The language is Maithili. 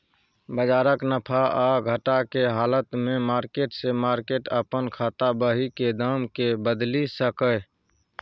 बजारक नफा आ घटा के हालत में मार्केट से मार्केट अपन खाता बही के दाम के बदलि सकैए